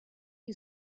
you